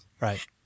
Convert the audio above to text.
Right